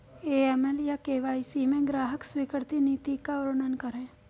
AML या KYC में ग्राहक स्वीकृति नीति का वर्णन करें?